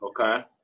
Okay